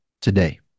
today